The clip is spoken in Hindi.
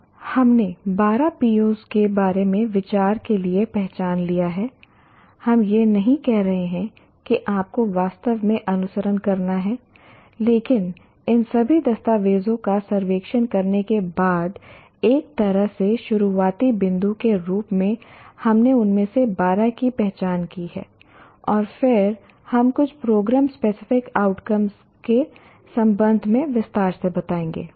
अब हमने 12 POs के बारे में विचार के लिए पहचान लिया है हम यह नहीं कह रहे हैं कि आपको वास्तव में अनुसरण करना है लेकिन इन सभी दस्तावेजों का सर्वेक्षण करने के बाद एक तरह से शुरुआती बिंदु के रूप में हमने उनमें से 12 की पहचान की है और फिर हम कुछ प्रोग्राम स्पेसिफिक आउटकम्स के संबंध में विस्तार से बताएंगे